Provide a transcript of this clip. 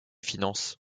finances